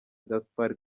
gaspard